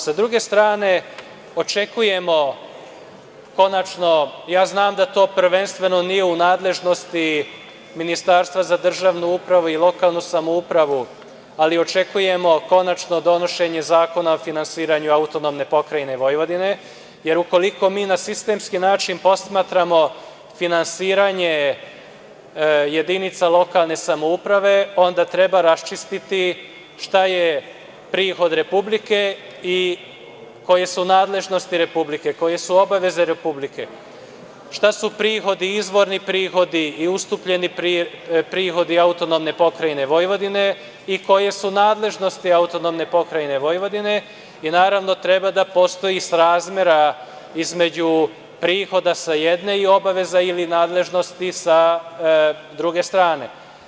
Sa druge strane, znam da to prvenstveno nije u nadležnosti Ministarstva za državnu upravu i lokalnu samoupravu, ali očekujemo konačno donošenje zakona o finansiranju AP Vojvodine jer ukoliko mi na sistemski način posmatramo finansiranje jedinica lokalne samouprave, onda treba raščistiti šta je prihod Republike i koje su nadležnosti Republike, koje su obaveze Republike, šta su prihodi, izvorni prihodi i ustupljeni prihodi AP Vojvodine i koje su nadležnosti AP Vojvodine i, naravno, treba da postoji srazmera između prihoda, sa jedne, i obaveza ili nadležnosti, sa druge strane.